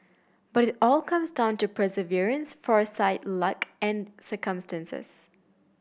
but it all comes down to perseverance foresight luck and circumstances